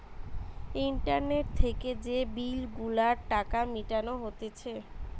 internet থেকে যে bill গুলার টাকা মিটানো হতিছে